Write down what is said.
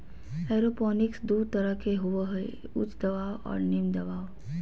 aeroponics दू तरह के होबो हइ उच्च दबाव और निम्न दबाव